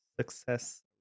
success